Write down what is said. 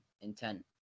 intent